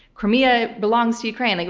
crimea belongs to ukraine. like